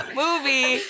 movie